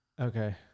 Okay